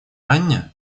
анне